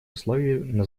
условий